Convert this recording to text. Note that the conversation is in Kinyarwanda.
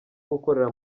gukorera